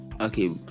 Okay